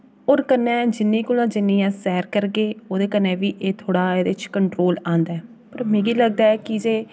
और कन्नै जिन्नी कोला जिन्नी असें सैर करगे ओह्दे कन्नै बी एह् थोड़ा एह्दे च कंट्रोल आंदा ऐ पर मिगी लगदा ऐ कीजे